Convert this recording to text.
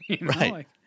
right